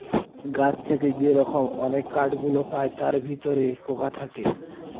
গাছ থেকে যে রকম অনেক কাঠ গুলো পায় তার ভিতরে পোকা থাকে